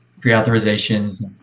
pre-authorizations